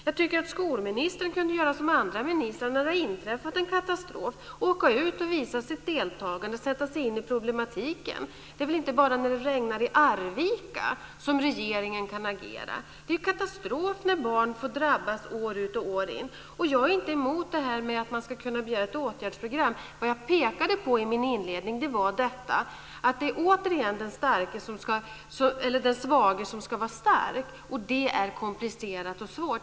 Jag tycker att skolministern kunde göra som andra ministrar när det har inträffat en katastrof, nämligen att åka ut och visa sitt deltagande och sätta sig in i problematiken. Det är väl inte bara när det regnar i Arvika som regeringen kan agera. Det är katastrof när barn får drabbas år ut och år in! Jag är inte emot att man ska kunna begära ett åtgärdsprogram. Vad jag pekade på i min inledning var detta att det återigen är den svage som ska vara stark. Det är komplicerat och svårt.